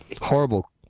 Horrible